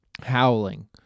Howling